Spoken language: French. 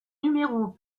numéros